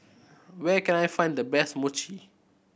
where can I find the best Mochi